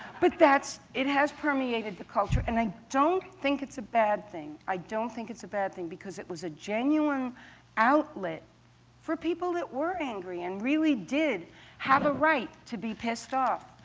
but it has permeated the culture. and i don't think it's a bad thing i don't think it's a bad thing, because it was a genuine outlet for people that were angry and really did have a right to be pissed off.